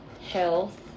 health